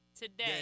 today